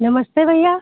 नमस्ते भैया